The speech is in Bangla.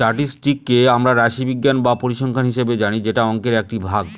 স্ট্যাটিসটিককে আমরা রাশিবিজ্ঞান বা পরিসংখ্যান হিসাবে জানি যেটা অংকের একটি ভাগ